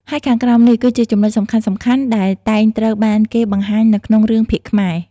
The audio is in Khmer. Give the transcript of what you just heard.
ហើយខាងក្រោមនេះ គឺជាចំណុចសំខាន់ៗដែលតែងត្រូវបានគេបង្ហាញនៅក្នុងរឿងភាគខ្មែរ។